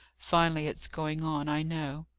finely it's going on, i know!